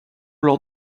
lors